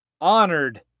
honored